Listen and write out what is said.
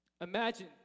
Imagine